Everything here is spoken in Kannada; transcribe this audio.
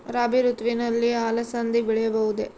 ರಾಭಿ ಋತುವಿನಲ್ಲಿ ಅಲಸಂದಿ ಬೆಳೆಯಬಹುದೆ?